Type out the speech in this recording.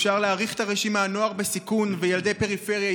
אפשר להאריך את הרשימה: נוער בסיכון וילדי פריפריה,